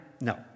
No